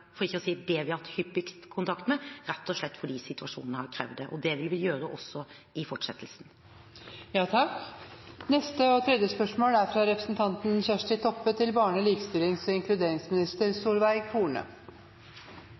for ikke å si det selskapet – vi har hatt hyppigst kontakt med, rett og slett fordi situasjonen har krevd det. Det vil vi ha også i fortsettelsen. «I 2004 blei barnevernet lovpålagt alltid å undersøke om nokon i slekta kan vere fosterheim, før born blir plassert hos framande. I det siste er